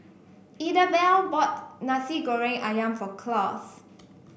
Idabelle bought Nasi Goreng ayam for Claus